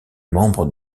membre